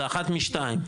זה אחת משתיים,